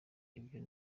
ibyo